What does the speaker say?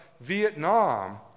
Vietnam